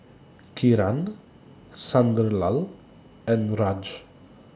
Kiran Sunderlal and Raj